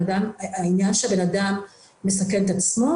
העניין שבן-אדם מסכן את עצמו,